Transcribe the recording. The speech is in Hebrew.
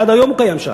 עד היום הוא שם.